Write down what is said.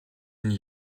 n’y